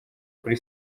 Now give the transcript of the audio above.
kuri